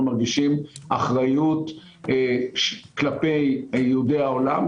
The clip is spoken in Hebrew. אנחנו מרגישים אחריות כלפי יהודי העולם,